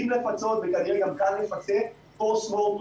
כן, איציק שמולי.